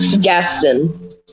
Gaston